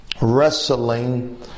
Wrestling